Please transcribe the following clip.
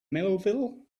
melville